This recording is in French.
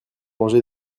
manger